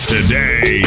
Today